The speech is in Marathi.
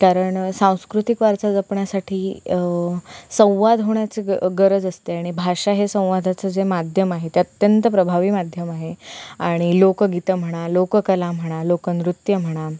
कारण सांस्कृतिक वारसा जपण्यासाठी संवाद होण्याचं ग गरज असते आणि भाषा हे संवादाचं जे माध्यम आहे ते अत्यंत प्रभावी माध्यम आहे आणि लोकगीतं म्हणा लोककला म्हणा लोकनृत्यं म्हणा